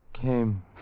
came